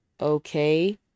okay